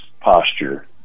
posture